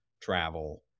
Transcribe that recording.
travel